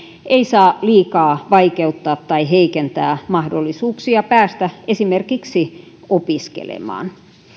ei saa liikaa vaikeuttaa tai heikentää mahdollisuuksia päästä esimerkiksi opiskelemaan